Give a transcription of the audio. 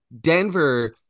Denver